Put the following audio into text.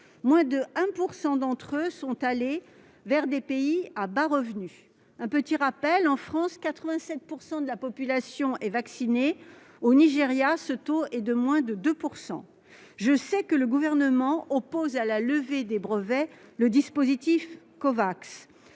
Moins de 1 % d'entre eux sont allés vers des pays à bas revenus. Je veux faire un petit rappel : en France, 87 % de la population est vaccinée ; au Nigéria, ce taux est de moins de 2 %! Je sais que le Gouvernement oppose à la levée des brevets le mécanisme Covax.